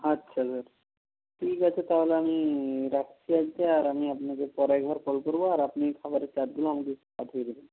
আচ্ছা স্যার ঠিক আছে তাহলে আমি রাখছি আজকে আর আমি আপনাকে পরে একবার কল করব আর আপনি খাবারের চার্টগুলো আমাকে পাঠিয়ে দেবেন